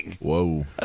Whoa